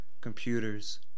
Computers